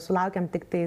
sulaukėm tiktai